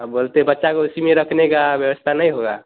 अब बोलते बच्चे का उसी में रखने की व्यवस्था नहीं होगी